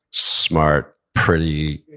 smart, pretty,